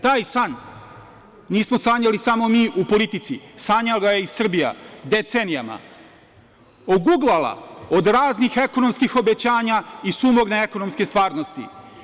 Taj san nismo sanjali samo mi u politici, sanjala ga je i Srbija decenijama, oguglala od raznih ekonomskih obećanja i sumorne ekonomske stvarnosti.